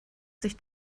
sich